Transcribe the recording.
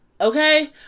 Okay